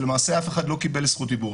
ולמעשה אף אחד לא קיבל זכות דיבור.